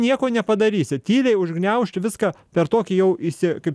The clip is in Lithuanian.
nieko nepadarysi tyliai užgniaužti viską per tokį jau įsi kaip